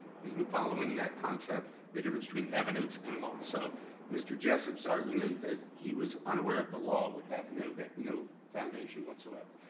isn't following that concept? the difference between evidence and law, so mr. jessup's argument that he was unaware of the law would have no but no foundation whatsoever.